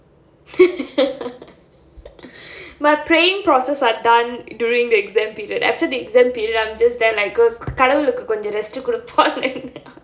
my praying process are done during the exam period after the exam period I'm just there like oh கடவுளுக்கு கொஞ்சம்:kadavulukku konjam rest குடுப்போன்னு:kudupponnu